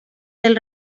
del